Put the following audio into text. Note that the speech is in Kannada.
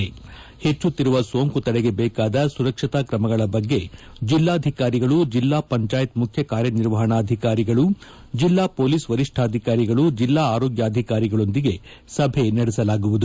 ಪೆಚ್ಚುಕಿರುವ ಸೋಂಕು ತಡೆಗೆ ಬೇಕಾದ ಸುರಕ್ಷತಾ ಕ್ರಮಗಳ ಬಗ್ಗೆ ಜಿಲ್ಲಾಧಿಕಾರಿಗಳು ಜಿಲ್ಲಾ ಪಂಚಾಯತ್ ಮುಖ್ಯ ಕಾರ್ಯನಿರ್ವಹಣಾಧಿಕಾರಿಗಳು ಜೆಲ್ಲಾ ಮೊಲೀಸ್ ವರಿಷ್ಣಾಧಿಕಾರಿಗಳು ಜೆಲ್ಲಾ ಆರೋಗ್ನಾಧಿಕಾರಿಗಳೊಂದಿಗೆ ಸಭೆ ನಡೆಸಲಾಗುವುದು